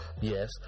yes